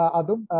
adum